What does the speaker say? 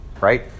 right